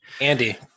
andy